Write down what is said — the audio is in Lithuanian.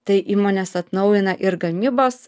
tai įmonės atnaujina ir gamybos